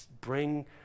bring